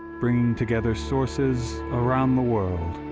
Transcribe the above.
bringing together sources around the world,